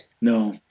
No